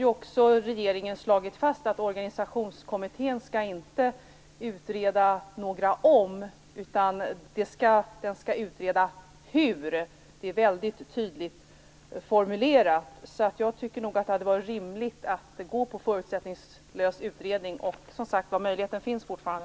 Regeringen har också slagit fast att Organisationskommittén inte skall utreda några om, utan hur. Det är väldigt tydligt formulerat. Jag tycker nog att det hade varit rimligt att bestämma sig för en förutsättningslös utredning. Som sagt var - möjligheten finns fortfarande.